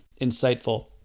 insightful